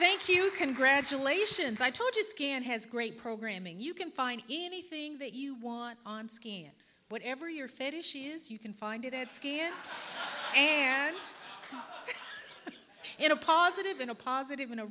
thank you congratulations i told you skin has great programming you can find anything that you want on skin whatever your fetish is you can find it and it's in a positive in a positive in a